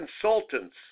consultants